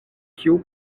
kiu